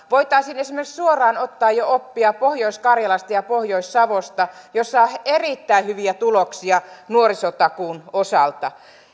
voitaisiin esimerkiksi suoraan ottaa jo oppia pohjois karjalasta ja pohjois savosta jossa on erittäin hyviä tuloksia nuorisotakuun osalta